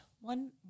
one